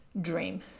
dream